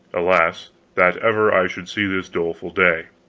alas that ever i should see this doleful day.